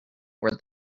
where